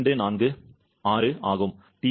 246 ஆகும்